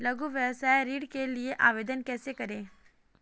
लघु व्यवसाय ऋण के लिए आवेदन कैसे करें?